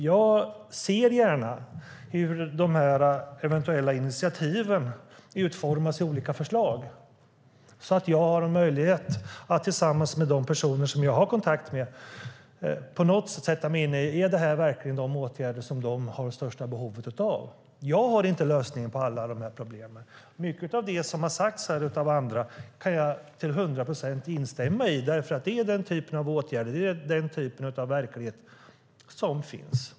Jag ser gärna hur de eventuella initiativen utformas i olika förslag så att jag har möjlighet att tillsammans med de personer som jag har kontakt med kan sätta mig in i det: Är detta verkligen de åtgärder som de har det största behovet av? Jag har inte lösningen på alla dessa problem. Mycket av det som har sagts här av andra kan jag till hundra procent instämma i, för det är den typ av verklighet som finns.